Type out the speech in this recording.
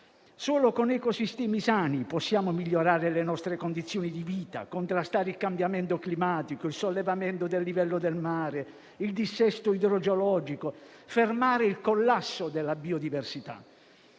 solo con ecosistemi sani possiamo migliorare le nostre condizioni di vita, contrastare il cambiamento climatico, il sollevamento del livello del mare e il dissesto idrogeologico e fermare il collasso della biodiversità.